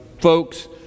folks